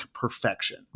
Perfection